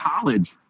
college